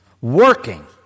Working